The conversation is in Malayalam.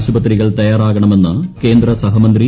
ആശുപത്രികൾ തയ്യാദാക്ണ്മെന്ന് കേന്ദ്ര സഹമന്ത്രി വി